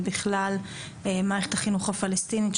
ובכלל מערכת החינוך הפלסטינית,